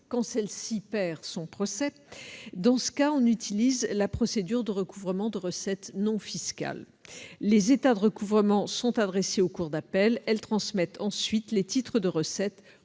quand celle-ci perd son procès. Dans ce cas, on utilise la procédure de recouvrement de recettes non fiscales. Les états de recouvrement sont adressés au cours d'appel, lesquelles transmettent ensuite les titres de recettes